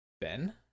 Ben